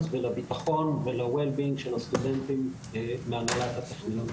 ולבטחון של הסטודנטים מהנהלת הטכניון.